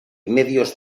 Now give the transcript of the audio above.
medios